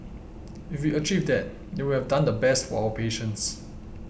if we achieve that then we would have done the best for our patients